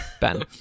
Ben